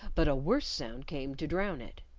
but a worse sound came to drown it.